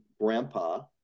grandpa